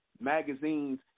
magazines